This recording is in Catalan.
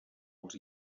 els